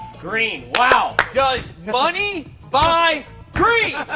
green. wow. does money buy greens?